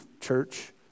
church